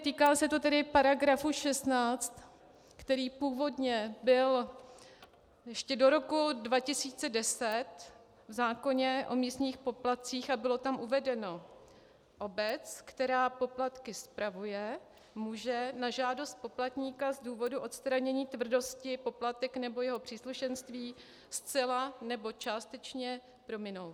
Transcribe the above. Týká se to § 16, který původně byl ještě do roku 2010 v zákoně o místních poplatcích, a bylo tam uvedeno: Obec, která poplatky spravuje, může na žádost poplatníka z důvodu odstranění tvrdosti poplatek nebo jeho příslušenství zcela nebo částečně prominout.